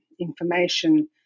information